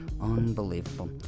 Unbelievable